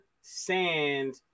sand